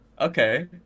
Okay